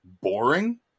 boring